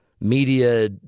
media